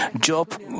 Job